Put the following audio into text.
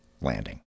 landing